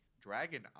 dragon